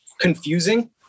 confusing